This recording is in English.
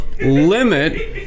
limit